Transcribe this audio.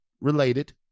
related